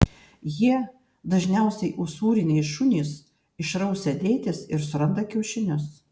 jie dažniausiai usūriniai šunys išrausia dėtis ir suranda kiaušinius